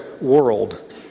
world